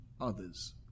others